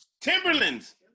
Timberlands